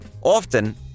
Often